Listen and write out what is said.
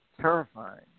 terrifying